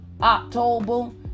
October